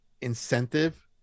incentive